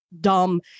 dumb